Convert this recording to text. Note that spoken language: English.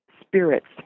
spirits